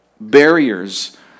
barriers